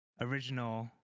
original